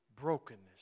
brokenness